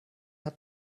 hat